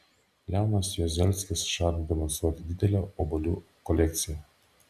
leonas juozelskis žada demonstruoti didelę obuolių kolekciją